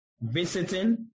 visiting